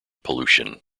pollution